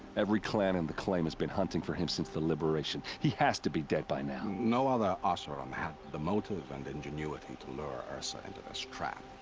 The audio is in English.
every clan in the claim has been hunting for him since the liberation. he has to be dead by now! no other oseram ah sort of um have. the motive, and ingenuity to lure ersa into this trap.